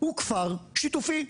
הוא כפר שיתופי.